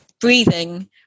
breathing